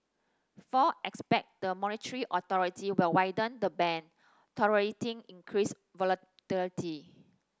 four expect the monetary authority will widen the band tolerating increased volatility